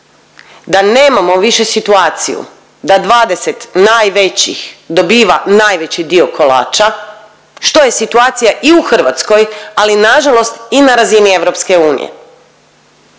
da nemamo više situaciju da 20 najvećih dobiva najveći dio kolača, što je situacija i u Hrvatskoj, ali nažalost i na razini EU i